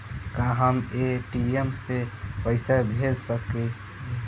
का हम ए.टी.एम से पइसा भेज सकी ले?